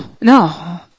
No